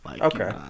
Okay